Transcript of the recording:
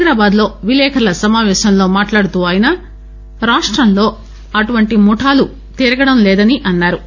హైదరాబాద్ లో విలేఖర్ల సమాపేశంలో మాట్లాడుతూ ఆయన రాష్టంలో అటువంటి ముఠాలు తిరగడం లేదని అన్నా రు